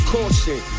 Caution